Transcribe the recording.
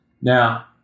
Now